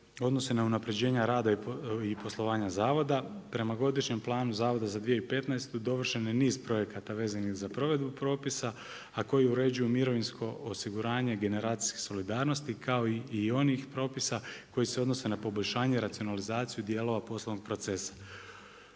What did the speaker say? odnose na unapređenje rada i poslovanja zavoda. Prema godišnjem planu zavoda za 2015. dovršen je niz projekata vezanih za provedbu propisa a koji uređuju mirovinsko osiguranje generacijske solidarnosti kao i onih propisa koji se odnose na poboljšanje i racionalizaciju dijelova poslovnog procesa.